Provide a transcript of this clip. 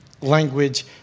language